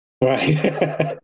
Right